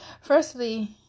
firstly